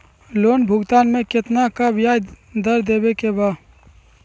Loan भुगतान में कितना का ब्याज दर देवें के बा?